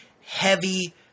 heavy